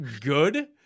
good